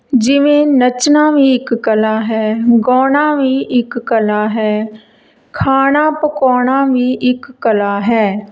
ਜਿਵੇਂ ਨੱਚਣਾ ਵੀ ਇੱਕ ਕਲਾ ਹੈ ਗਾਉਣਾ ਵੀ ਇੱਕ ਕਲਾ ਹੈ ਖਾਣਾ ਪਕਾਉਣਾ ਵੀ ਇੱਕ ਕਲਾ ਹੈ